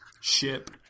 ship